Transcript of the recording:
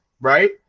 right